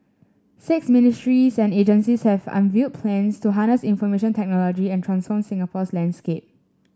six ministries and agencies have unveiled plans to harness information technology and transform Singapore's landscape